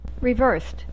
reversed